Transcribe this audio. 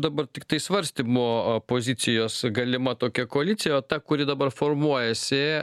dabar tiktai svarstymo pozicijos galima tokia koalicija o ta kuri dabar formuojasi